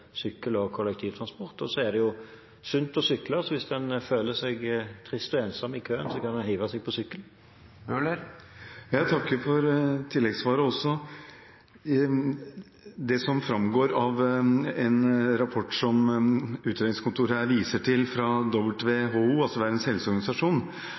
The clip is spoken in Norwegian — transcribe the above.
sykle, så hvis en føler seg trist og ensom i køen, kan en hive seg på sykkelen. Jeg takker for tilleggssvaret også. Det som framgår av en rapport som utredningsseksjonen her viser til fra WHO, altså Verdens helseorganisasjon,